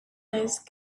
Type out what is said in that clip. those